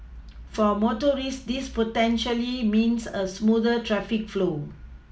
for motorists this potentially means a smoother traffic flow